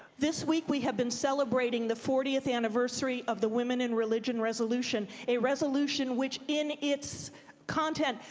this week we have been celebrating the fortieth anniversary of the women in religion resolution, a resolution which, in its content,